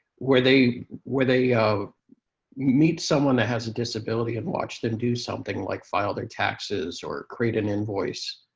where they where they meet someone that has a disability and watch them do something like file their taxes or create an invoice,